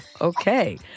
okay